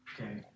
Okay